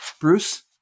bruce